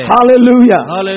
Hallelujah